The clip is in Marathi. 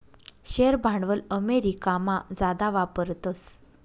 शेअर भांडवल अमेरिकामा जादा वापरतस